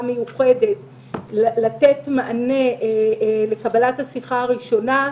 מיוחדת לתת מענה לקבלת השיחה הראשונה,